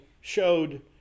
showed